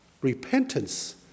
Repentance